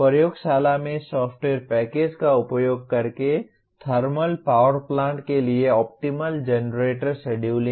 प्रयोगशाला में software package का उपयोग करके थर्मल पावर प्लांट के लिए ऑप्टीमल जनरेटर शेड्यूलिंग